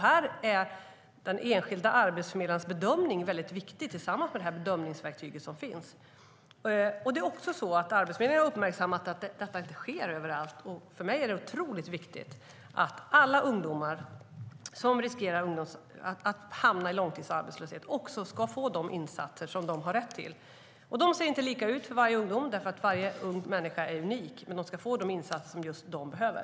Här är den enskilda arbetsförmedlarens bedömning viktig tillsammans med det bedömningsverktyg som finns. Arbetsförmedlingen har uppmärksammat att detta inte sker överallt. För mig är det otroligt viktigt att alla ungdomar som riskerar att hamna i långtidsarbetslöshet ska få de insatser de har rätt till. Dessa ser inte likadana ut för varje ungdom. Varje ung människa är nämligen unik, men de ska få de insatser just de behöver.